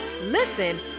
listen